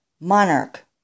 monarch